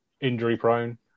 injury-prone